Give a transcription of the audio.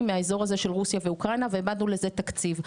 מהאזור הזה של רוסיה ואוקראינה והעמדנו לזה תקציב.